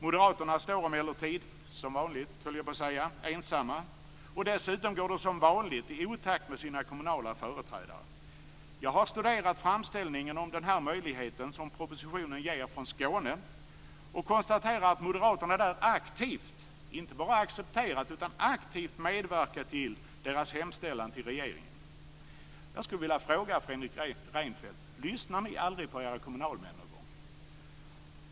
Moderaterna står emellertid - som vanligt, höll jag på att säga - ensamma. Dessutom går de som vanligt i otakt med sina kommunala företrädare. Jag har studerat framställningen om denna möjlighet som propositionen ger för Skåne och konstaterar att moderaterna där aktivt - inte bara accepterat - medverkat till deras hemställan till regeringen. Jag vill fråga Fredrik Reinfeldt: Lyssnar ni aldrig på era kommunalmän?